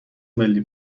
ملی